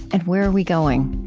and where are we going?